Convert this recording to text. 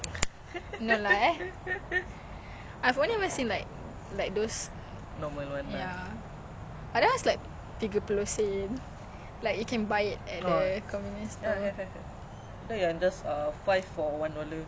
lighter kau ada lighter tak lighter aku dah habis ya that's the thing I hear a lot also